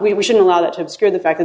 we we should allow that to obscure the fact that the